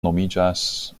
nomiĝas